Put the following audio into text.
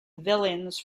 villains